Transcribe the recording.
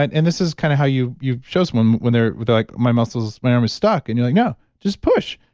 and and this is kind of how you you show someone when they're like, my muscles, my arm is stuck, and you're like, no just push.